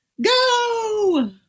go